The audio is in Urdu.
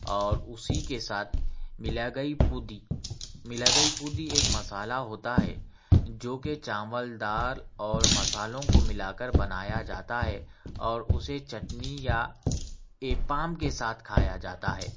اور اُسی کے ساتھ ملیگئی پودی ملیگئی پودی ایک مصالحہ ہوتا ہے جو کہ چاول دال اور مصالحوں کو ملا کر بنایا جاتا ہے اور اُسے چٹنی یا ایپام کے ساتھ کھایا جاتا ہے